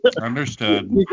Understood